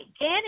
Dan